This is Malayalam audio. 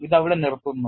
അത് അവിടെ നിർത്തുന്നു